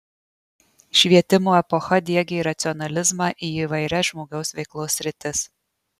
švietimo epocha diegė racionalizmą į įvairias žmogaus veiklos sritis